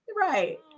right